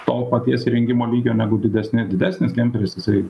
to paties įrengimo lygio negu didesni didesnis kemperis jisai